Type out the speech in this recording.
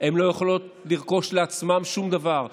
והן לא יכולות לרכוש לעצמן שום דבר.